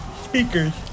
speakers